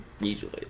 Usually